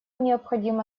необходимо